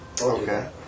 Okay